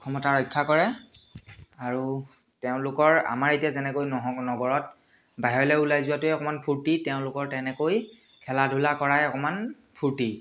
ক্ষমতা ৰক্ষা কৰে আৰু তেওঁলোকৰ আমাৰ এতিয়া যেনেকৈ নহ নগৰত বাহিৰলৈ ওলাই যোৱাটোৱে অকণমান ফূৰ্তি তেওঁলোকৰ তেনেকৈ খেলা ধূলা কৰাই অকমান ফূৰ্তি